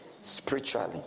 spiritually